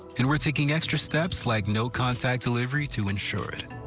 and we're taking extra steps, like no contact delivery, to ensure it.